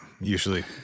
usually